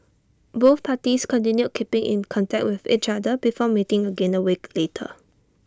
both parties continued keeping in contact with each other before meeting again A week later